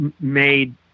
made